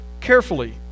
carefully